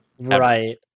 right